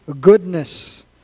goodness